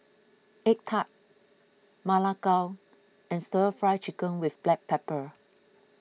Egg Tart Ma Lai Gao and Stir Fry Chicken with Black Pepper